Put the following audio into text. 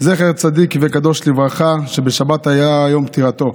זכר צדיק וקדוש לברכה, שבשבת היה יום פטירתו: